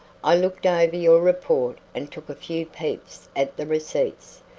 i looked over your report and took a few peeps at the receipts.